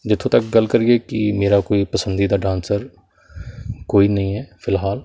ਜਿੱਥੋਂ ਤੱਕ ਗੱਲ ਕਰੀਏ ਕਿ ਮੇਰਾ ਕੋਈ ਪਸੰਦੀ ਦਾ ਡਾਂਸਰ ਕੋਈ ਨਹੀਂ ਹੈ ਫਿਲਹਾਲ